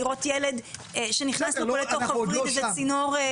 לראות ילד שנכנס לו לתוך הווריד איזה צינור של מכונה.